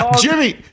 Jimmy